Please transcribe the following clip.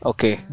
Okay